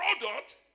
product